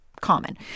common